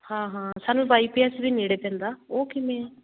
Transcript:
ਹਾਂ ਹਾਂ ਸਾਨੂੰ ਵਾਈ ਪੀ ਐੱਸ ਵੀ ਨੇੜੇ ਪੈਂਦਾ ਉਹ ਕਿਵੇਂ ਆ